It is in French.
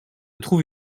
trouve